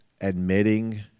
admitting